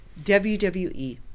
WWE